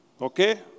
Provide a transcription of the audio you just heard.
Okay